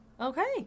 Okay